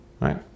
Right